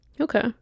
Okay